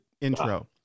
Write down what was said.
intro